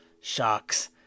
sharks